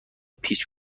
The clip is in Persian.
پیچ